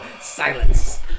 silence